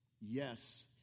yes